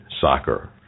soccer